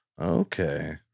Okay